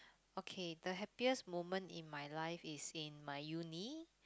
okay the happiest moment in my life is in my uni